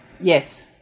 yes